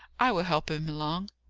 i will help him along.